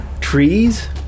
trees